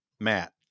Matt